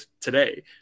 today